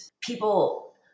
people